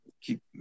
keep